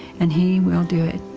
and he will do it.